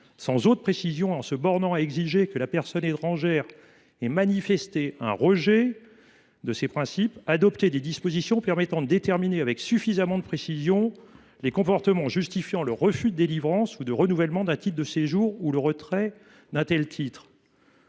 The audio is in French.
sans autre précision, et en se bornant à exiger que la personne étrangère ait “manifesté un rejet”, de ces principes, adopté des dispositions permettant de déterminer avec suffisamment de précision les comportements justifiant le refus de délivrance ou de renouvellement d’un titre de séjour ou le retrait d’un tel titre